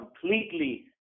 completely